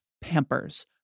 Pampers